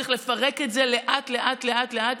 צריך לפרק את זה לאט לאט לאט לאט,